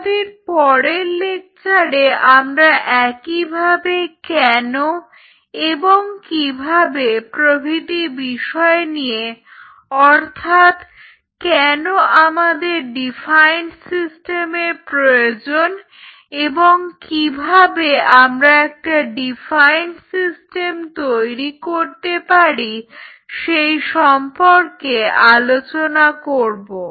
আমাদের পরের লেকচারে আমরা একই ভাবে কেন এবং কিভাবে প্রভৃতি বিষয় নিয়ে অর্থাৎ কেন আমাদের ডিফাইন্ড সিস্টেমের প্রয়োজন এবং কিভাবে আমরা একটা ডিফাইন্ড সিস্টেম তৈরি করতে পারি সেই সম্পর্কে আলোচনা করব